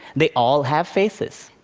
they all have faces.